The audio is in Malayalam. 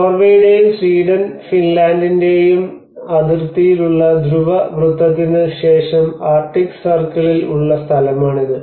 നോർവേയുടെയും സ്വീഡൻ ഫിൻലാൻഡിന്റെയും Norway and the Sweden the Finland അതിർത്തിയിലുള്ള ധ്രുവ വൃത്തത്തിന് ശേഷം ആർട്ടിക് സർക്കിളിൽ ഉള്ള സ്ഥലമാണിത്